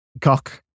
Cock